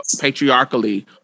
patriarchally